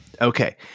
Okay